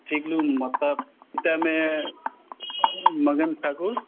ठीक माता पिता मे मदन ठाकुर